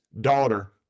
daughter